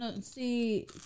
see